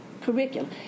curriculum